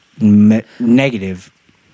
negative